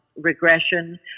regression